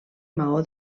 maó